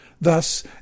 Thus